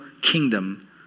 kingdom